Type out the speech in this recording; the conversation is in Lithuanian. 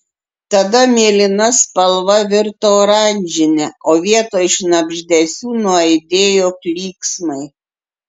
tada mėlyna spalva virto oranžine o vietoj šnabždesių nuaidėjo klyksmai